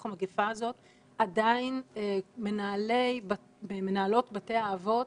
המגפה הזאת עדיין מנהלי ומנהלות בתי האבות